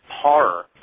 Horror